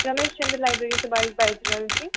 Ganeshchandra library सॅं बाजि रहल छी